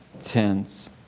tense